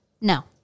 no